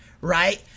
right